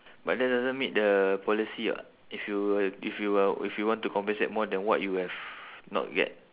but that doesn't meet the policy [what] if you if you are if you want to compensate more than what you have not get